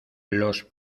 los